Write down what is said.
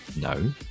No